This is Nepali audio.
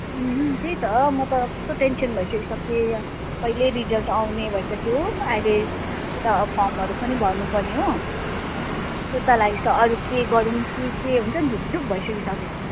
उम् त्यही त म त कस्तो टेन्सन भइसक्यो कहिले रिजल्ट आउने भइसक्यो हो अहिले उता फर्महरू पनि भर्नुपर्ने हो सुर्ता लागिरहेको छ अरू के गरौँ के हुन्छ झुकझुक भइसक्यो